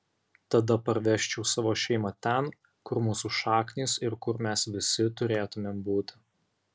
tada parvežčiau savo šeimą ten kur mūsų šaknys ir kur mes visi turėtumėm būti